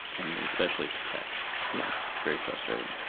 and especially to text. yeah it's very frustrating.